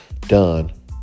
done